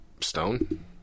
stone